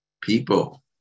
people